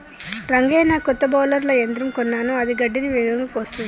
రంగయ్య నాకు కొత్త బౌలర్ల యంత్రం కొన్నాను అది గడ్డిని వేగంగా కోస్తుంది